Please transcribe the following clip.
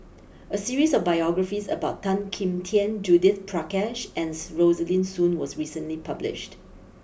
a series of biographies about Tan Kim Tian Judith Prakash and Rosaline Soon was recently published